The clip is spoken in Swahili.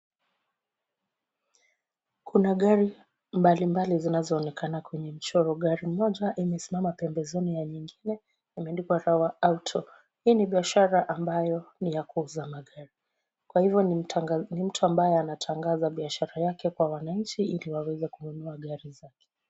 Kuna gari mbali mbali zinazoonekana kwenye mchoro. Gari moja imesimama parastal ambazo zinasimama kwenye mchoro. Gari moja imesimama pembezoni ya nyingine, imeandikwa Rawa alto . Hii ni biashara ambayo ni ya kuuza magari. Kwa hivo mtu ambaye anatangaza biashara yake kwa wananchi ili waweze kununua gari zake.